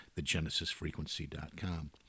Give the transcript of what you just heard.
thegenesisfrequency.com